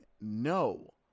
No